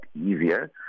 easier